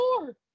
more